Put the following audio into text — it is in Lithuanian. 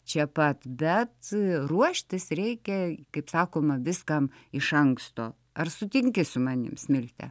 čia pat bet ruoštis reikia kaip sakoma viskam iš anksto ar sutinki su manim smilte